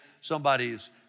somebody's